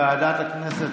הודעה מטעם ועדת הכנסת.